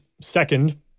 second